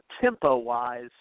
tempo-wise